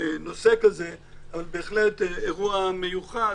אבל זה אירוע שהוא בהחלט אירוע מיוחד.